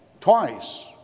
twice